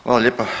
Hvala lijepa.